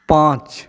पाँच